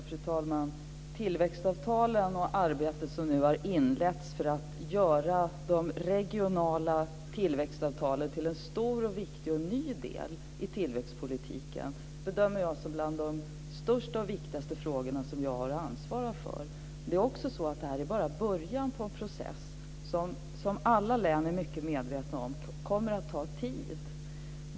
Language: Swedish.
Fru talman! Tillväxtavtalen och det arbete som nu har inletts för att göra de regionala tillväxtavtalen till en stor och viktig och även ny del i tillväxtpolitiken bedömer jag hör till de största och viktigaste frågorna som jag har att ansvara för. Men det här är bara början på en process som, och det är alla län mycket medvetna om, kommer att ta tid.